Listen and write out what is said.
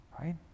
Right